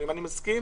אני מסכים